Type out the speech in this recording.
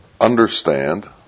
understand